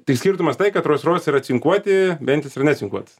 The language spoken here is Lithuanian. tai skirtumas tai kad rolsroisai yra cinkuoti bentlis yra necinkuotas